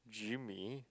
Jimmy